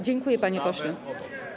Dziękuję, panie pośle.